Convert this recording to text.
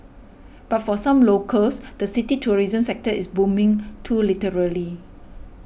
but for some locals the city's tourism sector is booming too literally